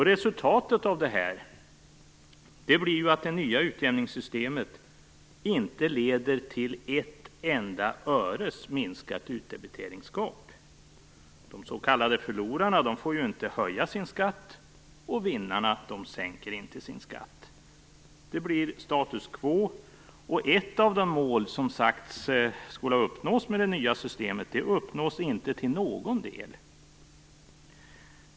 Resultatet blir att det nya utjämningssystemet inte leder till ett enda öres minskat utdebiteringsgap. De s.k. förlorarna får inte höja sin skatt, och vinnarna sänker inte sin skatt. Det blir status quo, och ett av de mål som sagts skola uppnås med det nya systemet uppnås inte till någon del.